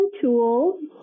tools